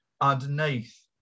underneath